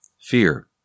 Fear